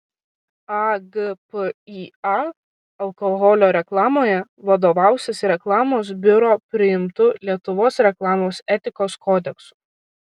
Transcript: agpįa alkoholio reklamoje vadovausis reklamos biuro priimtu lietuvos reklamos etikos kodeksu